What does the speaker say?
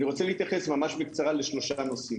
אני רוצה להתייחס ממש בקצרה לשלושה נושאים.